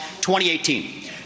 2018